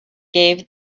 gave